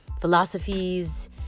philosophies